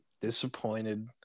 disappointed